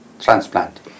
transplant